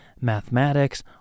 mathematics